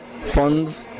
funds